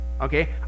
okay